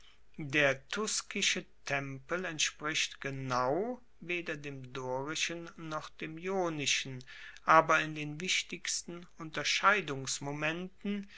der tuskische tempel entspricht genau weder dem dorischen noch dem ionischen aber in den wichtigsten